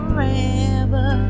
Forever